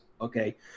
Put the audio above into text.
Okay